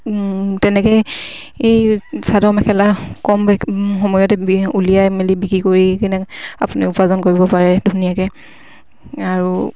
তেনেকে এই চাদৰ মেখেলা কম সময়তে উলিয়াই মেলি বিক্ৰী কৰি কিনে আপুনি উপাৰ্জন কৰিব পাৰে ধুনীয়াকে আৰু